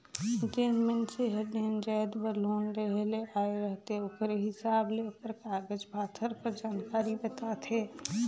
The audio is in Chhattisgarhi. जेन मइनसे हर जेन जाएत बर लोन लेहे ले आए रहथे ओकरे हिसाब ले ओकर कागज पाथर कर जानकारी बताथे